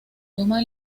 toma